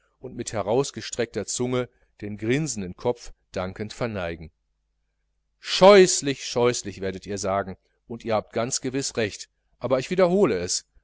und mit herausgestreckter zunge den grinsenden kopf dankend verneigen scheußlich scheußlich werdet ihr sagen und ihr habt ganz gewiß recht aber ich wiederhole es